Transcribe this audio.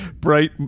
bright